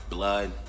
Blood